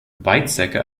weizsäcker